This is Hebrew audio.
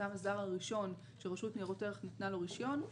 החתם הזר הראשון שרשות ניירות ערך נתנה לו רישיון,